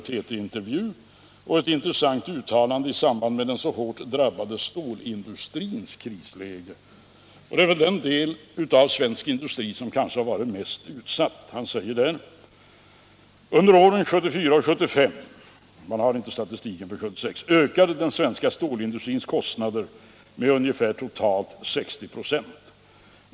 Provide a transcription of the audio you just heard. Han gör där ett intressant uttalande i samband med den så hårt drabbade stålindustrins krisläge. Det är den del av svensk industri som kanske varit mest utsatt. Han säger där: Under åren 1974 och 1975 — man har inte statistiken för 1976 — ökade den svenska stålindustrins kostnader med ungefär totalt 60 ?6.